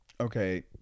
Okay